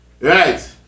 right